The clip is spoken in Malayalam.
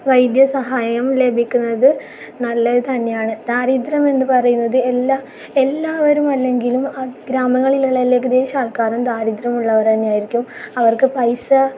വൈദ്യസഹായം ലഭിക്കുന്നത് നല്ലത് തന്നെയാണ് ദാരിദ്രം എന്ന് പറയുന്നത് എല്ലാ എല്ലാവരും അല്ലങ്കിലും ആ ഗ്രാമങ്ങളിലുള്ള ഏകദേശം ആൾക്കാരും ദാരിദ്ര്യം ഉള്ളവർ തന്നെയായിരിക്കും അവർക്ക് പൈസ